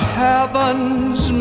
heavens